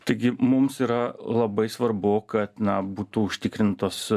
taigi mums yra labai svarbu kad na būtų užtikrintos